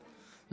למעשה,